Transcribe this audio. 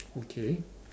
okay